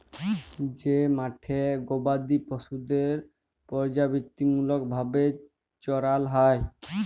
যে মাঠে গবাদি পশুদের পর্যাবৃত্তিমূলক ভাবে চরাল হ্যয়